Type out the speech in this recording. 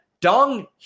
Dong